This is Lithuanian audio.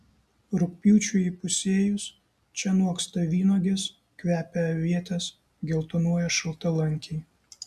rugpjūčiui įpusėjus čia noksta vynuogės kvepia avietės geltonuoja šaltalankiai